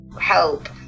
help